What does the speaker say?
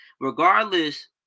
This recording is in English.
regardless